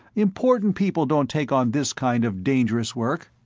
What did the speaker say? important people don't take on this kind of dangerous work.